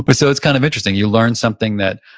but so it's kind of interesting. you learn something that,